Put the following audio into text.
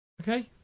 Okay